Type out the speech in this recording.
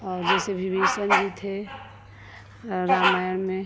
और जैसे विभीषण जी थे रामायण में